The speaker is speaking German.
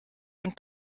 und